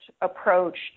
approach